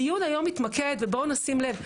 הדיון היום מתמקד, ובוא נשים לב,